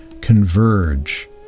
converge